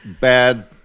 bad